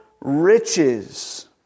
riches